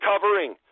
covering